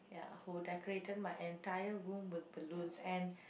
ya who decorated my entire room with balloons and